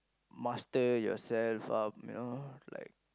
master yourself um you know like